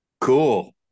Cool